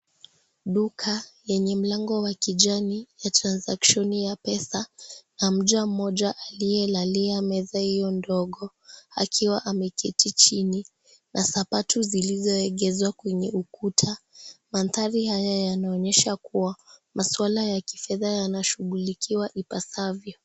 Duka lenye mlango wa kijani ya (cs )transaction (cs) ya pesa na mja mmoja aliyelalia meza hiyo ndogo akiwa ameketi chini na sabatu zilizoegezwa kwenye ukuta mandari haya yanaonyesha kua maswala ya pesa yanashugulikiwa ipasavyo.